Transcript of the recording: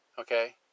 Okay